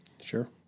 Sure